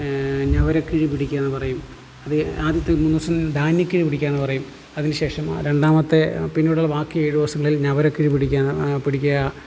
ഞവരക്കിഴി പിടിക്കുകയെന്ന് പറയും അത് ആദ്യത്തെ മൂന്ന് ദിവസം ധാന്യക്കിഴി പിടിക്കുകയെന്ന് പറയും അതിനുശേഷം രണ്ടാമത്തെ പിന്നെയുള്ളത് ബാക്കി ഏഴ് ദിവസങ്ങളിൽ ഞവരക്കിഴി പിടിക്കണം പിടിക്കുക